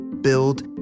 build